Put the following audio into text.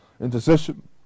intercession